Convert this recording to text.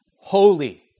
holy